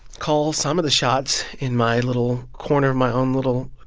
call some of the shots in my little corner of my own little,